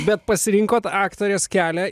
bet pasirinkot aktorės kelią